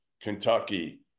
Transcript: Kentucky